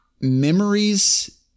memories